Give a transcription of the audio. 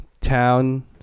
town